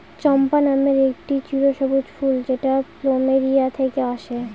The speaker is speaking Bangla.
চম্পা নামের একটি চিরসবুজ ফুল যেটা প্লুমেরিয়া থেকে আসে